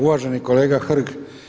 Uvaženi kolega Hrg.